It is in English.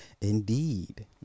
Indeed